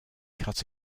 cut